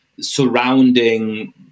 surrounding